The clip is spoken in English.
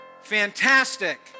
Fantastic